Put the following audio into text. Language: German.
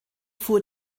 fuhr